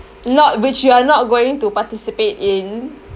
loud which you are not going to participate in